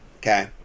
Okay